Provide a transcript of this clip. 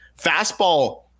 fastball